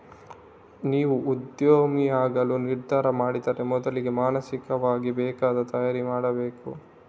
ನೀವು ಉದ್ಯಮಿಯಾಗಲು ನಿರ್ಧಾರ ಮಾಡಿದ್ರೆ ಮೊದ್ಲಿಗೆ ಮಾನಸಿಕವಾಗಿ ಬೇಕಾದ ತಯಾರಿ ಮಾಡ್ಕೋಬೇಕು